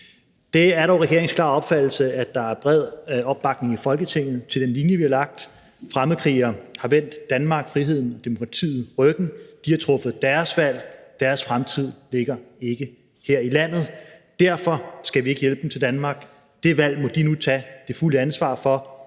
Det er dog regeringens klare opfattelse, at der er bred opbakning i Folketinget til den linje, vi har lagt: Fremmedkrigere har vendt Danmark, friheden og demokratiet ryggen; de har truffet deres valg; deres fremtid ligger ikke her i landet, og derfor skal vi ikke hjælpe dem til Danmark; det valg må de nu tage det fulde ansvar for,